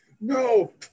no